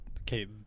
Okay